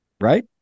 Right